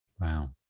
Wow